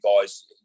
guys